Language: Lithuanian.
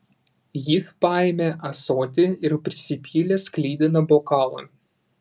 jis paėmė ąsotį ir prisipylė sklidiną bokalą